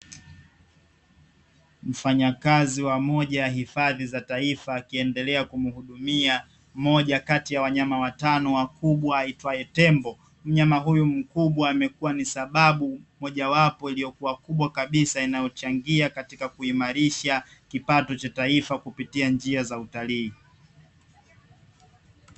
Mfanyakazi wa moja wa hifadhi za taifa, akiendelea kumhudumia moja kati ya wanyama watano wakubwa aitwaye tembo. Mnyama huyu mkubwa amekuwa ni sababu mojawapo iliyokuwa kubwa kabsa, inayochangia katika kuimarisha kipato cha taifa kupitia njia za utalii.